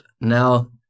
now